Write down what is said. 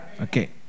Okay